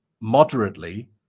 moderately